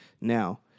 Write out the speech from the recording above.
Now